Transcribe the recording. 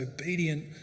obedient